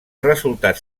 resultats